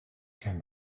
can